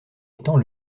étant